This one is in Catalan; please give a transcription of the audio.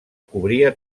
cobria